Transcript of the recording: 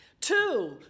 Two